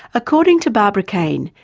according to barbara caine,